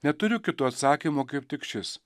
neturiu kito atsakymo kaip tik šis